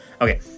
Okay